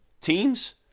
teams